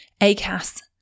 ACAS